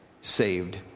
saved